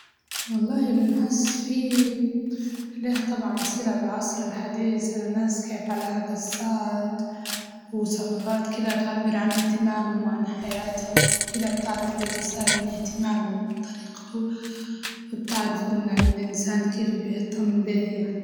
والله بنحس في عليه طبعاً صلة بالعصر الحديث لأن الناس كيف عليها قصات وصغات كدة تعبر عن اهتمامهم وعن حياتهم وبكدة بتعرف الإنسان من اهتمامه ومن طريقته، بتعرف إنه الإنسان كيف بيهتم بيها يعني.